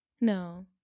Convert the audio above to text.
No